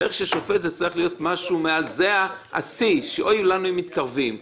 שהערך של שופט זה צריך להיות השיא שאבוי לנו אם מתקרבים אליו.